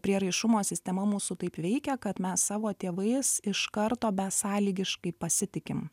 prieraišumo sistema mūsų taip veikia kad mes savo tėvais iš karto besąlygiškai pasitikim